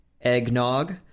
eggnog